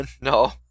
No